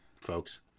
folks